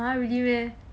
!huh! really meh